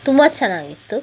ತುಂಬ ಚೆನ್ನಾಗಿತ್ತು